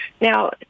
Now